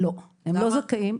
לא, הם לא זכאים.